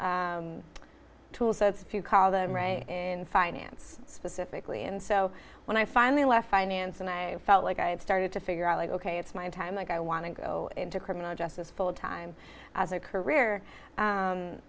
you call them right in finance specifically and so when i finally left finance and i felt like i had started to figure out like ok it's my time like i want to go into criminal justice full time as a career